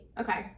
Okay